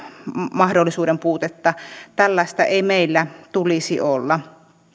mahdollisuuden puutetta tällaista ei meillä tulisi olla